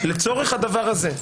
שיאשר ב-ווטסאפ לצורך הדבר הזה.